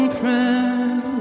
friend